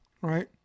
Right